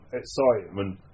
excitement